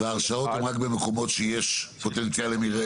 וההרשאות הן רק במקומות שיש בהם פוטנציאל למרעה?